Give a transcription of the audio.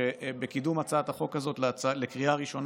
שבקידום הצעת החוק הזאת לקריאה הראשונה